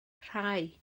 rhai